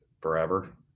forever